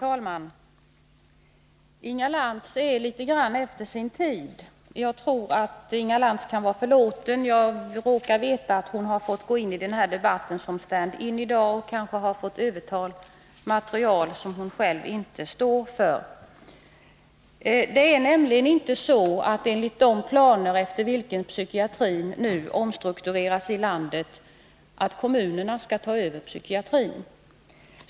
Herr talman! Inga Lantz är något efter sin tid, men jag tror att hon kan vara förlåten. Jag råkar nämligen veta att hon har fått gå in i den här debatten som stand in, och hon kanske har fått överta material som hon själv inte står för. Det är inte så att kommunerna, enligt de planer efter vilka psykiatrin nu omstruktureras i landet, skall ta över psykiatrin.